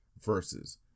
versus